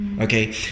Okay